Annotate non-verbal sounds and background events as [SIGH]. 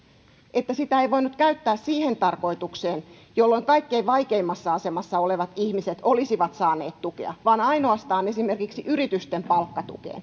että sitä ei voinut käyttää siihen tarkoitukseen jolla kaikkein vaikeimmassa asemassa olevat ihmiset olisivat saaneet tukea vaan ainoastaan esimerkiksi yritysten palkkatukeen [UNINTELLIGIBLE]